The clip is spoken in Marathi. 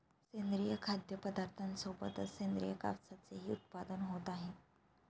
सेंद्रिय खाद्यपदार्थांसोबतच सेंद्रिय कापसाचेही उत्पादन होत आहे